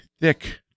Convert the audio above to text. thick